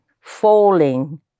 falling